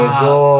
go